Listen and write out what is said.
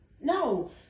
No